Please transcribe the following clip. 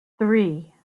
three